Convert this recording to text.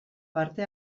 parte